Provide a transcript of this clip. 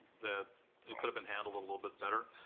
that it could have been handled a little bit better.